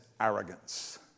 arrogance